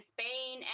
Spain